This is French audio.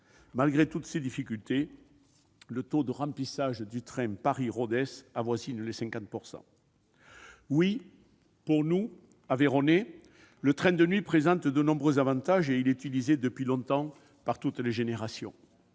Malgré toutes ces difficultés, le taux de remplissage du Paris-Rodez avoisine les 50 %. Oui, pour nous, Aveyronnais, le train de nuit présente de nombreux avantages ! Il est utilisé depuis longtemps par toutes les générations.